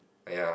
!aiya!